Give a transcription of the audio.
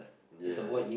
yes